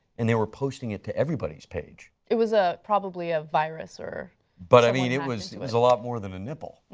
and they were posting it to everybody's page. it was ah probably a virus. but i mean it was it was a lot more than nipple.